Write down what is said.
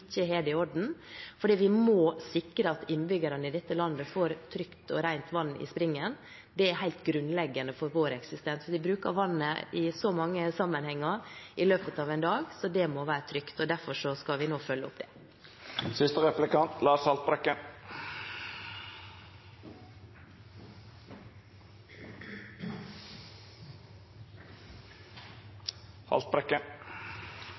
ikke har det i orden. Vi må sikre at innbyggerne i dette landet får trygt og rent vann i springen. Det er helt grunnleggende for vår eksistens. Vi bruker vannet i så mange sammenhenger i løpet av en dag, så det må være trygt. Derfor skal vi nå følge opp det.